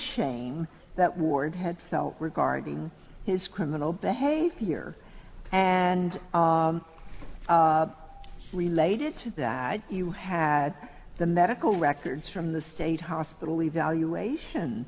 shame that ward had felt regarding his criminal behavior here and related to that you had the medical records from the state hospital evaluation